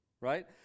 right